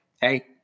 hey